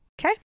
Okay